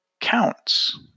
counts